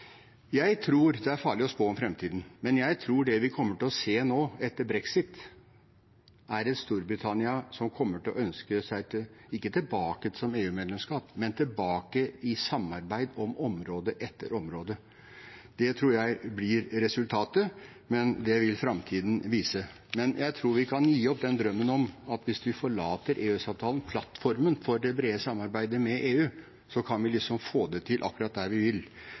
Det er farlig å spå om framtiden, men jeg tror det vi kommer til å se nå etter brexit, er et Storbritannia som ikke kommer til å ønske seg tilbake til EU-medlemskap, men tilbake i samarbeid om område etter område. Det tror jeg blir resultatet. Men det vil framtiden vise. Jeg tror vi kan gi opp drømmen om at hvis vi forlater EØS-avtalen, plattformen for det brede samarbeidet med EU, kan vi liksom få det til akkurat der vi vil.